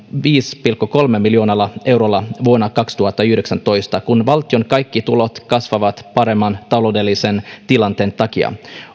viidellä pilkku kolmella miljoonalla eurolla vuonna kaksituhattayhdeksäntoista kun valtion kaikki tulot kasvavat paremman taloudellisen tilanteen takia